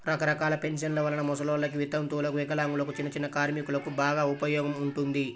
రకరకాల పెన్షన్ల వలన ముసలోల్లకి, వితంతువులకు, వికలాంగులకు, చిన్నచిన్న కార్మికులకు బాగా ఉపయోగం ఉంటుంది